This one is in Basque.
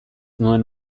nuen